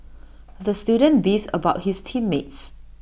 the student beefed about his team mates